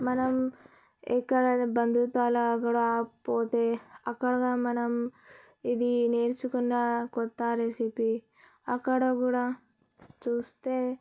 మనం ఎక్కడన్నా బంధువులతో అలా కూడా పోతే అక్కడ మనం ఇది నేర్చుకున్న కొత్త రెసిపీ అక్కడ కూడా చూస్తే